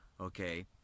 okay